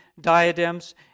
diadems